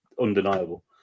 undeniable